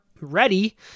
ready